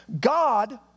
God